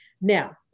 Now